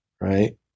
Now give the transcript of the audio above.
right